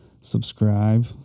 subscribe